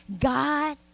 God